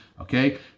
okay